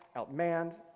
outmanned,